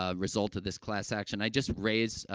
ah result of this class action. i just raised, ah,